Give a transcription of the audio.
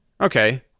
okay